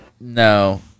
no